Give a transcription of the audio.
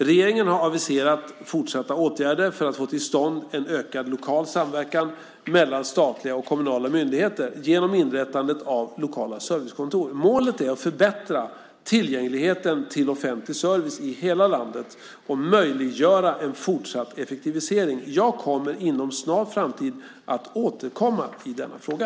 Regeringen har aviserat fortsatta åtgärder för att få till stånd en ökad lokal samverkan mellan statliga och kommunala myndigheter genom inrättandet av lokala servicekontor. Målet är att förbättra tillgängligheten till offentlig service i hela landet och möjliggöra en fortsatt effektivisering. Jag kommer inom en snar framtid att återkomma i denna fråga.